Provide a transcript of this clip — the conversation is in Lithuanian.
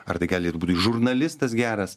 ar tai gali ir būti žurnalistas geras